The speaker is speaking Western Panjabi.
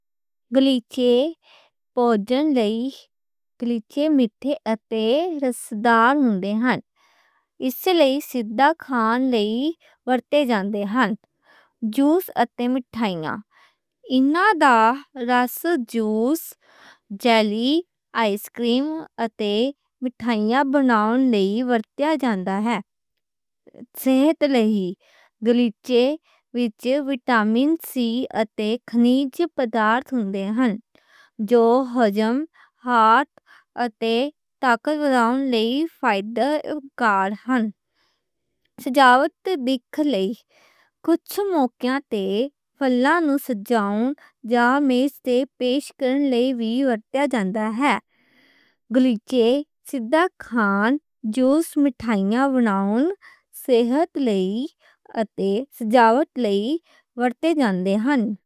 پھل پوشن لئی پھل مٹھے اتے رسدار ہندے ہن۔ اس لئی سیدھا کھان لئی ورتے جاندے ہن۔ جوس اتے مٹھائیاں، انہاں دا رس، جوس، جیلی، آئس کریم اتے مٹھائیاں بناون لئی ورتے جاندا ہے۔ صحت لئی پھلاں وچ وٹامن سی اتے کھنِج پدارتھ ہندے ہن۔ جو ہضم، ہارٹ اتے طاقت بناون لئی فائدہ مند ہن۔ سجاوٹ لئی کجھ موقعاں تے پھلاں نوں سجاون جاں میز تے پیش کرن لئی ورتے جاندا ہے۔ پھل سیدھا کھان، جوس، مٹھائیاں بناون، صحت لئی اتے سجاوٹ لئی ورتے جاندے ہن۔